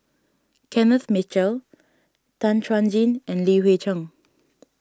Kenneth Mitchell Tan Chuan Jin and Li Hui Cheng